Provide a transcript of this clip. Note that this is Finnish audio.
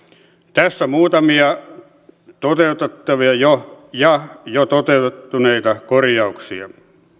tässä muutamia toteutettavia ja jo toteutuneita korjauksia